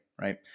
Right